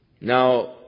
Now